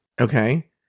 Okay